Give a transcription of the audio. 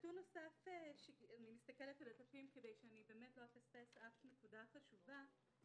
נתון נוסף אני מסתכלת על הדפים כדי שלא אפספס אף נקודה חשובה,